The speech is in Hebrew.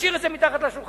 תשאיר את זה מתחת לשולחן,